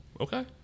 Okay